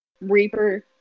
Reaper